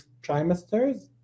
trimesters